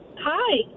Hi